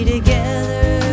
together